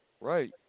right